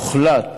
הוחלט